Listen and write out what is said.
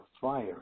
fire